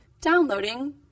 Downloading